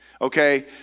Okay